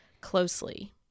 closely